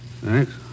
Thanks